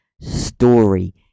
story